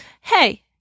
hey